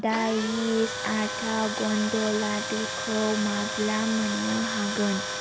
डायिस आटा ग'न्ड लादुखौ माब्ला मोन्नो हागोन